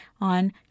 on